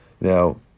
now